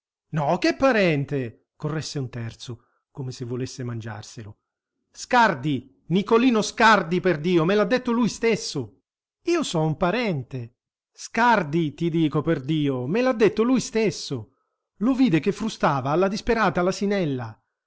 no che parente corresse un terzo come se volesse mangiarselo scardi nicolino scardi perdio me l'ha detto lui stesso io so un parente scardi ti dico perdio me l'ha detto lui stesso lo vide che frustava alla disperata